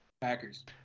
Packers